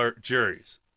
juries